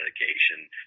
medication